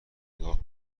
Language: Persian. نگاه